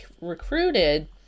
recruited